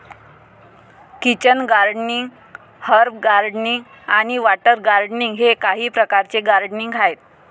kitchen gardening, herb gardening आणि water gardening हे काही प्रकारचे गार्डनिंग आहेत